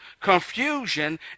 confusion